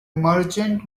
merchant